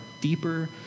deeper